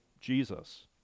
Jesus